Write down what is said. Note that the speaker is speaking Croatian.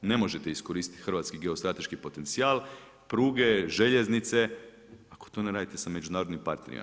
Ne možete iskoristiti hrvatski geostrateški potencijal, pruge, željeznice ako to ne radite sa međunarodnim partnerima.